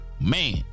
Man